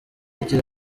agira